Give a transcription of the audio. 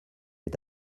est